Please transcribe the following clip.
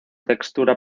textura